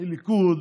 הליכוד,